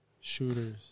shooters